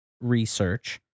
research